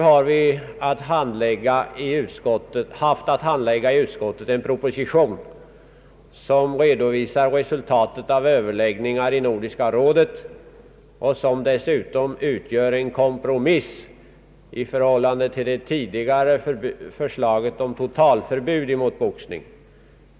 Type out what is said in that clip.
I utskottet har vi haft att handlägga en proposition, som redovisar resultatet av överläggningar i Nordiska rådet och som dessutom utgör en kompromiss i förhållande till det tidigare förslaget om totalförbud mot boxning.